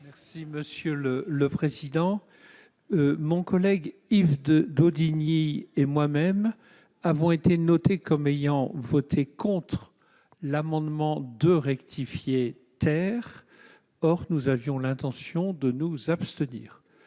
lors du même scrutin, mon collègue Yves Daudigny et moi-même avons été notés comme ayant voté contre l'amendement n° 2 rectifié ; or nous avions l'intention de nous abstenir.